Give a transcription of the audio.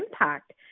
impact